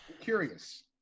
Curious